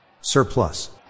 Surplus